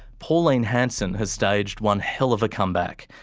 pauline hanson has staged one hell of a comeback.